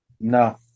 No